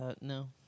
No